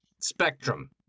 Spectrum